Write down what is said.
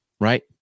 right